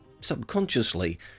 subconsciously